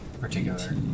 particular